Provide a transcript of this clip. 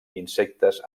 insectes